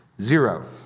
Zero